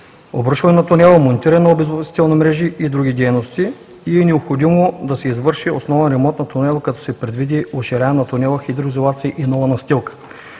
обрушване на тунела, монтиране на обезопасителни мрежи и други дейности. Необходимо е да се извърши основен ремонт на тунела, като се предвиди уширяване на тунела хидроизолации и нова настилка.